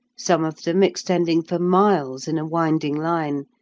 some of them extending for miles in a winding line,